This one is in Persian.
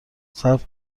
صبر